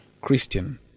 Christian